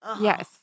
Yes